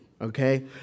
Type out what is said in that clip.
okay